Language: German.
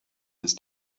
ist